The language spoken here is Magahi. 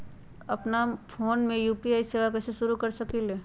अपना फ़ोन मे यू.पी.आई सेवा कईसे शुरू कर सकीले?